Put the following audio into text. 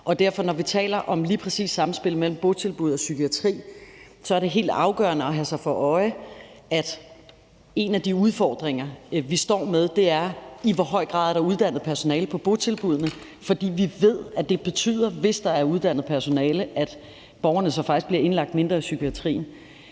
Når vi taler om lige præcis samspillet mellem botilbud og psykiatri, er det derfor helt afgørende at holde sig for øje, at en af de udfordringer, vi står med, er, i hvor høj grad der er uddannet personale på botilbuddene. For vi ved, at det betyder, hvis der er uddannet personale, at borgerne så faktisk bliver indlagt mindre i psykiatrien